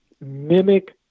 mimic